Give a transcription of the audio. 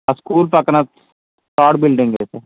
ఆ స్కూల్ పక్కన థర్డ్ బిల్డింగే సార్